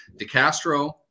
DeCastro